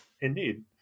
Indeed